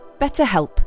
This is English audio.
BetterHelp